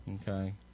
Okay